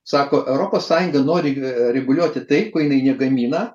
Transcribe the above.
sako europos sąjunga nori reguliuoti tai ko jinai negamina